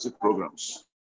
programs